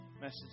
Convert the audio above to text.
Message